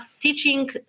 teaching